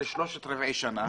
על שלושת רבעי שנה,